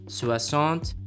soixante